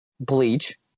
Bleach